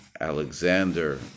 Alexander